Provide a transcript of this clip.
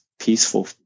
peaceful